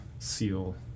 SEAL